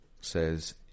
says